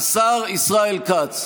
אשתמש בכל עשר הדקות שיש לי.